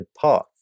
path